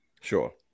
sure